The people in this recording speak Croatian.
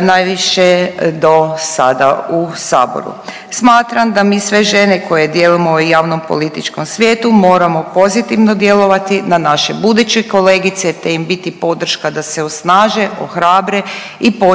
najviše do sad u saboru. Smatram da mi sve žene koje djelujemo u javnom političkom svijetu moramo pozitivno djelovati na naše buduće kolegice te im biti podrška da se osnaže, ohrabre i počnu